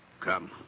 Come